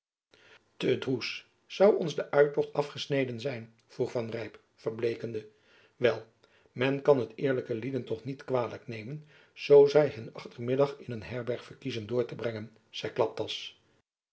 te droes zoû ons de uittocht afgesneden zijn vroeg van rijp verbleekende wel men kan het eerlijken lieden toch niet kwalijk nemen zoo zy hun achtermiddag in een herberg verkiezen door te brengen